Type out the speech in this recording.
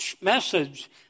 message